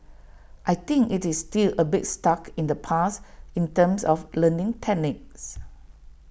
I think IT is still A bit stuck in the past in terms of learning techniques